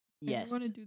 Yes